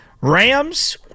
Rams